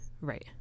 Right